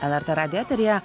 lrt radijo eteryje